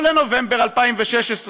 או לנובמבר 2016,